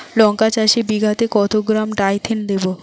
লঙ্কা চাষে বিঘাতে কত গ্রাম ডাইথেন দেবো?